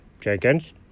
Jenkins